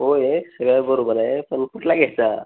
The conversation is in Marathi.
होय सगळ्या बरोबर आहे पण कुठला घ्यायचा